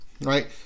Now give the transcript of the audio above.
right